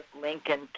Lincoln